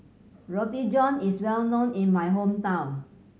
Roti John is well known in my hometown